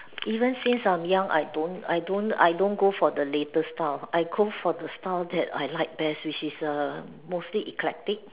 even since from young I don't I don't I don't go for the latest stuff I go for the stuff that I like best which is the mostly eclectic